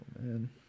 Man